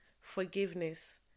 forgiveness